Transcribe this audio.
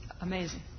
amazing